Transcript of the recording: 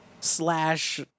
slash